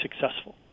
successful